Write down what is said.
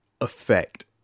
affect